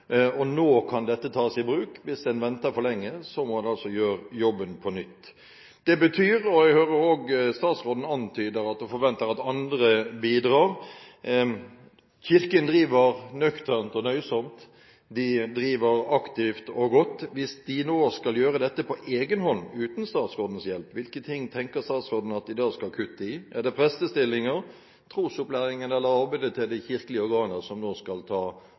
bruk nå – hvis en venter for lenge, må en gjøre jobben på nytt. Jeg hører statsråden antyder at hun forventer at andre bidrar. Kirken driver nøkternt og nøysomt, de driver aktivt og godt. Hvis de nå skal gjøre dette på egen hånd, uten statsrådens hjelp, hva tenker statsråden at de da skal kutte i – er det prestestillinger, trosopplæringen eller arbeidet til de kirkelige organer, som nå skal ta